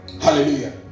Hallelujah